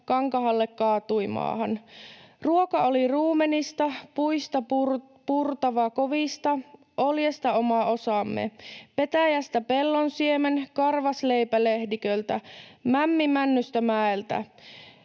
kankahalle kaatui maahan. / Ruoka oli ruumenista / puista purtava kovista / oljesta oma osamme / petäjästä pellon siemen / karvas leipä lehdiköltä / mämmi männystä mäeltä